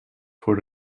voor